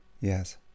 yes